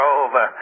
over